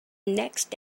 next